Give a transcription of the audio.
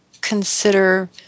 consider